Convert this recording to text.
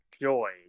Joy